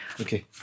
Okay